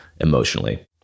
emotionally